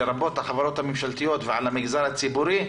לרבות החברות הממשלתיות ועל המגזר הציבורי,